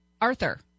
Arthur